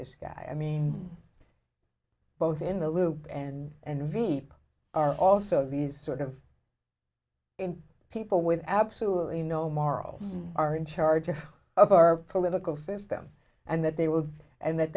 this guy i mean both in the loop and and veep are also these sort of in people with absolutely no morals are in charge of our political system and that they will and that